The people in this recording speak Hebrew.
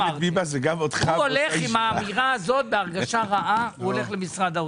הוא הולך עם ההרגשה הרעה הזו למשרד האוצר.